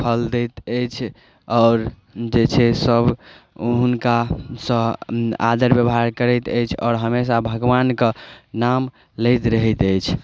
फल दैत अछि आओर जे छै सभ हुनकासँ आदर बेवहार करैत अछि आओर हमेशा भगवानके नाम लैत रहैत अछि